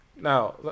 Now